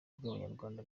bw’abanyarwanda